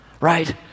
right